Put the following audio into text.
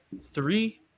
three